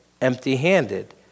empty-handed